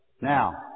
Now